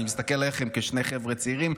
אני מסתכל עליכם כשני חבר'ה צעירים,